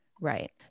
Right